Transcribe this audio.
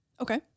Okay